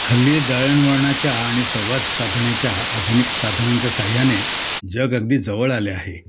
हल्ली दळणवळणाच्या आणि संवाद साधण्याच्या आधुनिक साधनांच्या सहाय्याने जग अगदी जवळ आले आहे